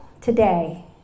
today